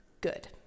good